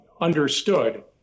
understood